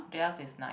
their is nine